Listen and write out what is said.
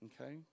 Okay